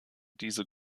diese